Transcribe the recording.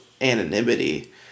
anonymity